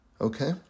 okay